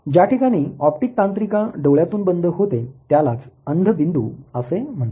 ज्याठिकाणी ऑप्टीक तांत्रिका डोळ्यातून बंद होते त्यालाच अंधबिंदू असे म्हणतात